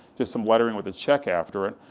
just some lettering with a check after it,